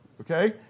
okay